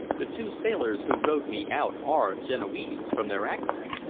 the two sailors who rowed me out are genoese, from their accent.